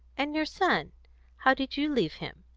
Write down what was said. and your son how did you leave him?